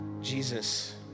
Jesus